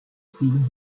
seen